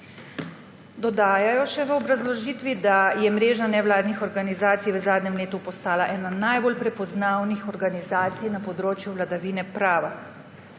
dodajajo še, da je mreža nevladnih organizacij v zadnjem letu postala ena najbolj prepoznavnih organizacij na področju vladavine prava.